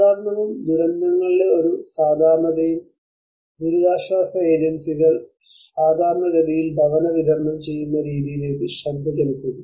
സാധാരണവും ദുരന്തങ്ങളുടെ ഒരു സാധാരണതയും ദുരിതാശ്വാസ ഏജൻസികൾ സാധാരണഗതിയിൽ ഭവന വിതരണം ചെയ്യുന്ന രീതിയിലേക്ക് ശ്രദ്ധ ചെലുത്തുന്നു